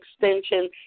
extension